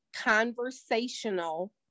Conversational